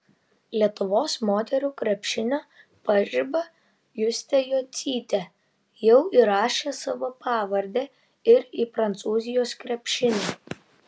lietuvos moterų krepšinio pažiba justė jocytė jau įrašė savo pavardę ir į prancūzijos krepšinį